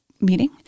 meeting